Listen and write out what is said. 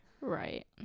right